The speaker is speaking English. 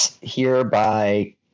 hereby